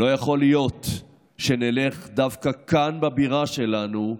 לא יכול להיות שנלך דווקא כאן, בבירה שלנו,